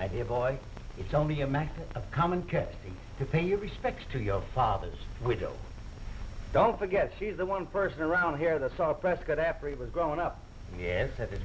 idea boy it's only a matter of common casting to pay your respects to your father's widow don't forget she's the one person around here the saw prescott after he was growing up yes at his